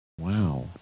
Wow